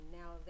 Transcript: now